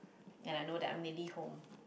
and I know that I'm nearly home